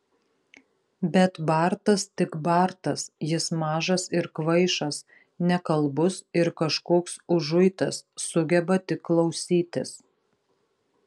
bet bartas tik bartas jis mažas ir kvaišas nekalbus ir kažkoks užuitas sugeba tik klausytis